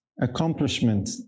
accomplishment